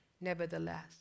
nevertheless